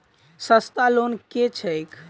सस्ता लोन केँ छैक